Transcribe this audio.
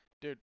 Dude